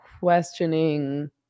questioning